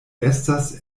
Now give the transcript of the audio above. estas